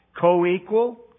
Co-equal